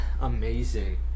amazing